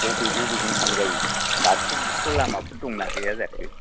बबे बबेजों थांजायो बारस' बुरस' लामाफोर दंना गैया जाखो